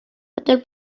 after